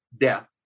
death